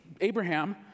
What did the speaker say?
Abraham